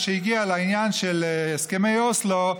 כשהגיע לעניין של הסכמי אוסלו,